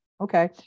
Okay